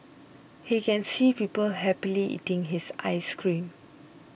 he can see people happily eating his ice cream